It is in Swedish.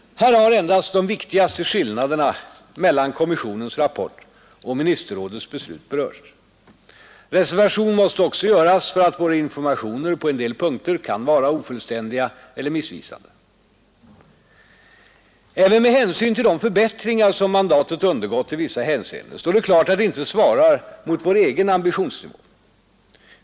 Här har endast de viktigaste skillnaderna mellan kommissionens rapport och ministerrådets beslut berörts. Reservation måste också göras för att våra informationer på en del punkter kan vara ofullständiga eller missvisande. Även med hänsyn till de förbättringar som mandatet undergått i vissa hänseenden står det klart att det inte svarar mot vår egen ambitionsnivå.